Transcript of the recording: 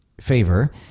favor